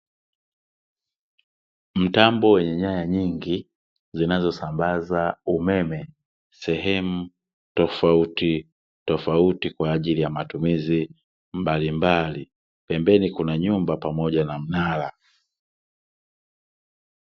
Mtambo wenye nyaya nyingi zinazosambaza umeme sehemu tofautitofauti kwa ajili ya matumizi mbalimbali, pembeni kuna nyumba pamoja na mnara.